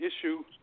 issue